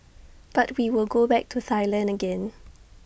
but we will go back to Thailand again